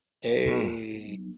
Hey